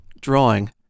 drawing